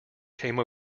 came